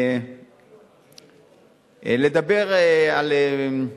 ולדבר על, נאמר,